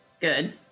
Good